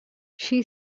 she